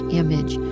image